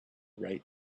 right